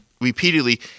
repeatedly